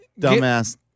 Dumbass